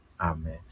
Amen